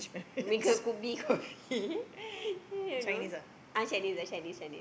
you know uh Shanice ah Shanice Shanice